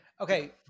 okay